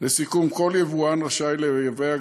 כלומר לא בסופר, אלא שקונים מהחקלאים, של